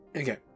Okay